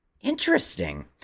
Interesting